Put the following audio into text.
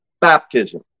baptism